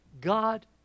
God